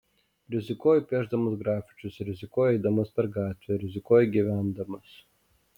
rizikuoju piešdamas grafičius rizikuoju eidamas per gatvę rizikuoju gyvendamas